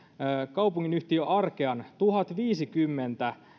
kaupunginyhtiö arkean tuhatviisikymmentä